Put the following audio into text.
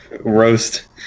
roast